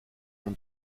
mon